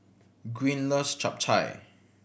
Green loves Chap Chai